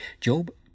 Job